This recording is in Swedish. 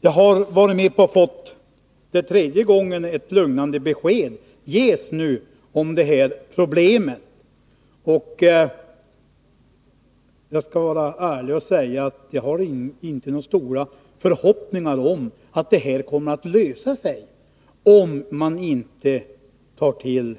Jag har nu för tredje gången upplevt att jag fått ett lugnande besked när det gäller de här problemen. Jag skall vara ärlig och säga att jag inte har några stora förhoppningar om att problemen skall lösas, om man inte tar till